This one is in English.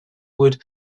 wood